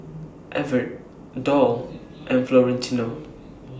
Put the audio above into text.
Evertt Doll and Florentino